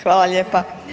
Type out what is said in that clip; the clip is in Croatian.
Hvala lijepa.